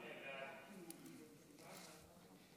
בעד.